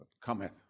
cometh